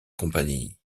compagnie